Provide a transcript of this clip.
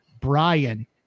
Brian